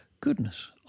goodness